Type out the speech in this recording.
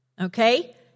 okay